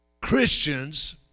Christians